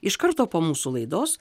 iš karto po mūsų laidos